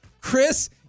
Chris